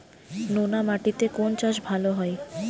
নোনা মাটিতে কোন চাষ ভালো হয়?